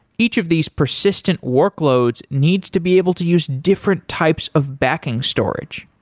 each of these persistent workloads needs to be able to use different types of backing storage.